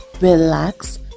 relax